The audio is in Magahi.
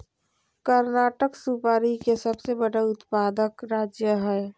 कर्नाटक सुपारी के सबसे बड़ा उत्पादक राज्य हय